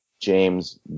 James